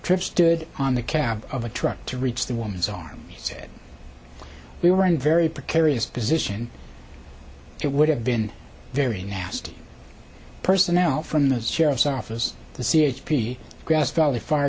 stood on the cab of a truck to reach the woman's arm said we were in very precarious position it would have been very nasty personnel from the sheriff's office the c h p grass valley fire